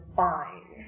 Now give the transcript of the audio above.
fine